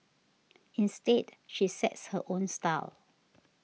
instead she sets her own style